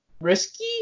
risky